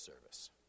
service